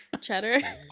Cheddar